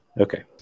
okay